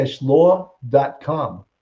law.com